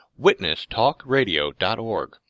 witnesstalkradio.org